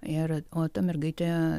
ir o ta mergaitė